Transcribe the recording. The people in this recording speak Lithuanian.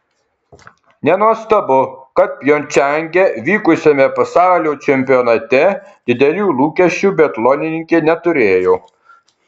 nenuostabu kad pjongčange vykusiame pasaulio čempionate didelių lūkesčių biatlonininkė neturėjo